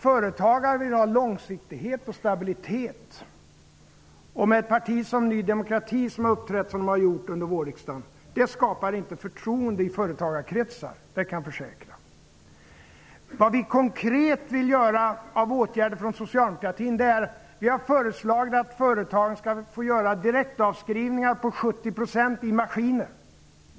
Företagarna vill ha långsiktighet och stabilitet, och jag kan försäkra att ett parti som Ny demokrati, som har uppträtt så som det gjort i riksdagen under våren, inte skapar förtroende i företagarkretsar. Vad gäller konkreta åtgärder som vi från socialdemokratin vill vidta vill jag peka på att vi har föreslagit att företagen skall få göra direktavskrivningar på 70 % i maskiner.